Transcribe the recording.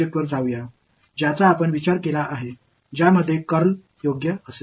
curl சம்பந்தப்பட்டதாக இருக்கும் என்று நாம் கருதிய அடுத்த பொருளுக்கு செல்லலாம்